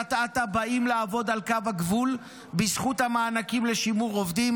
ומקריית אתא באים לעבוד על קו הגבול בזכות המענקים לשימור עובדים.